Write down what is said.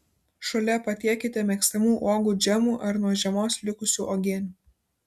šalia patiekite mėgstamų uogų džemų ar nuo žiemos likusių uogienių